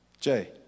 Jay